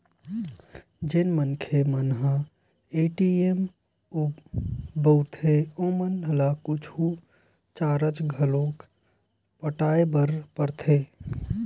जेन मनखे मन ह ए.टी.एम बउरथे ओमन ल कुछु चारज घलोक पटाय बर परथे